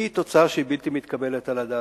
היא תוצאה שהיא בלתי מתקבלת על הדעת.